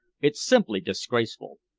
it's simply disgraceful!